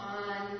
on